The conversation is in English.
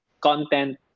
content